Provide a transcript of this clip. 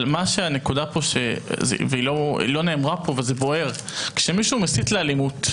אבל הנקודה שלא נאמרה פה וזה בוער: כשמישהו מסית לאלימות,